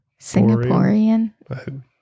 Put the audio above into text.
Singaporean